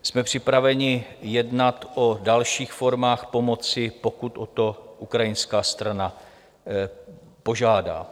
Jsme připraveni jednat o dalších formách pomoci, pokud o to ukrajinská strana požádá.